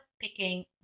picking